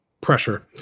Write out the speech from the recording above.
pressure